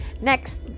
Next